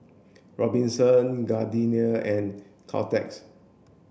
Gobinsons Gardenia and Caltex